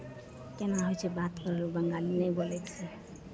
केना होइ छै बात करलहुँ लोक बंगाली नहि बोलै छियै